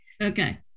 Okay